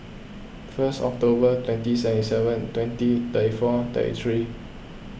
first October twenty seventy seven twenty thirty four thirty three